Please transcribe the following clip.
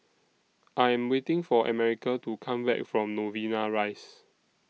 I Am waiting For America to Come Back from Novena Rise